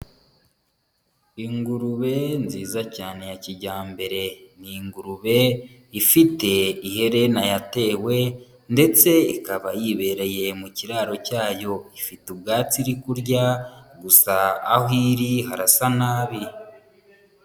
Ingurube nziza cyane ya kijyambere. Ni ingurube ifite iherena yatewe ndetse ikaba yibereye mu kiraro cyayo, ifite ubwatsi iri kurya gusa aho iri harasa nabi.